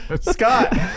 Scott